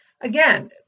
again